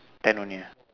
ten only ah